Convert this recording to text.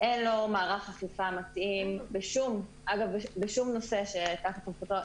אין לו מערך אכיפה מתאים בשום נושא שנמצא תחת חסותו.